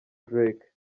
drake